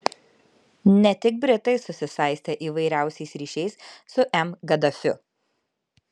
ne tik britai susisaistė įvairiausiais ryšiais su m gaddafiu